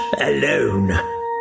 alone